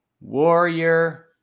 Warrior